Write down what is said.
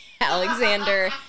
Alexander